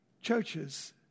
churches